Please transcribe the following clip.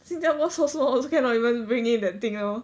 新加坡 so small also cannot even bring in that thing lor